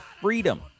Freedom